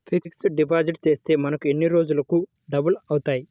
Fixed deposit చేస్తే మనకు ఎన్ని రోజులకు డబల్ అవుతాయి?